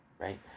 Right